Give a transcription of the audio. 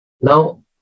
Now